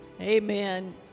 Amen